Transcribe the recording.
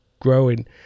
growing